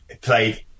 played